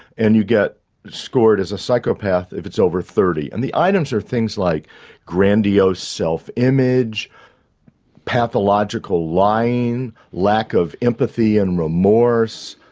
and you get scored as a psychopath if it's over thirty. and the items are things like grandiose self-image, pathological lying, lack of empathy and remorse,